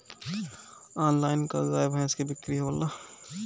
Online का गाय भैंस क बिक्री होला?